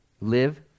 Live